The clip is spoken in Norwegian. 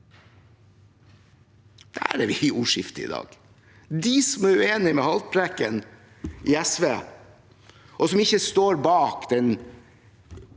Der er vi i ordskiftet i dag. De som er uenig med Haltbrekken og SV og som ikke står bak den